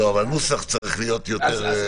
לא, הנוסח צריך להיות יותר...